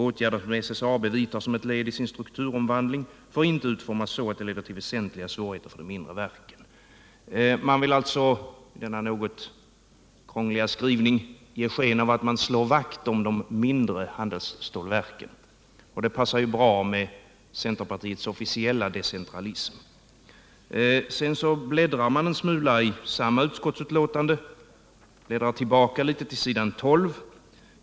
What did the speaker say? Åtgärder som SSAB vidtar som ett led i sin strukturomvandling får inte utformas så, att de leder till väsentliga svårigheter för de mindre verken.” Man vill alltså med denna något krångliga skrivning ge sken av att man slår vakt om de mindre handelsstålverken. Det passar ju bra ihop med centerpartiets officiella decentralism. Sedan bläddrar jag en smula i samma utskottsbetänkande, bläddrar tillbaka till s. 12.